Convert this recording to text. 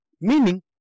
Meaning